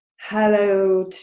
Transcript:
hello